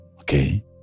Okay